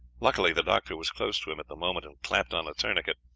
luckily the doctor was close to him at the moment, and clapped on a tourniquet,